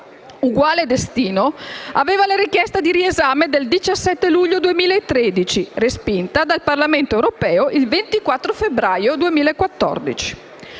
Uguale destino aveva la richiesta di riesame del 17 luglio 2013, respinta dal Parlamento europeo il 24 febbraio 2014.